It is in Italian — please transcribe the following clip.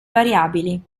variabili